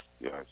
yes